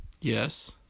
Yes